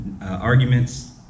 Arguments